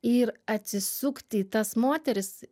ir atsisukti į tas moteris